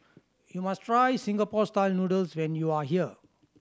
you must try Singapore Style Noodles when you are here